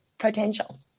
Potential